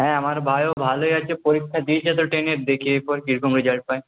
হ্যাঁ আমার ভাইও ভালোই আছে পরীক্ষা দিয়েছে তো টেনের দেখি এরপর কিরকম রেজাল্ট হয়